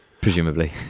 Presumably